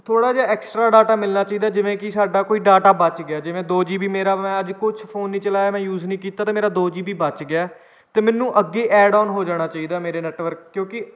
ਥੋੜ੍ਹਾ ਜਿਹਾ extra data ਮਿਲਣਾ ਚਾਹੀਦਾ ਜਿਵੇਂ ਕਿ ਸਾਡਾ ਕੋਈ ਡਾਟਾ ਬਚ ਗਿਆ ਜਿਵੇਂ ਦੋ ਜੀਬੀ ਮੇਰਾ ਮੈਂ ਅੱਜ ਕੁਛ ਫੋਨ ਨਹੀਂ ਚਲਾਇਆ ਮੈਂ ਯੂਜ਼ ਨਹੀਂ ਕੀਤਾ ਤਾਂ ਮੇਰਾ ਦੋ ਜੀਬੀ ਬਚ ਗਿਆ ਤਾਂ ਮੈਨੂੰ ਅੱਗੇ ਐਡਅੋਨ ਹੋ ਜਾਣਾ ਚਾਹੀਦਾ ਮੇਰੇ ਨੈੱਟਵਰਕ ਕਿਉਂਕਿ